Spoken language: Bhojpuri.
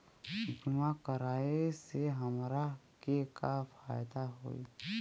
बीमा कराए से हमरा के का फायदा होई?